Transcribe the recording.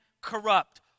corrupt